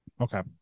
Okay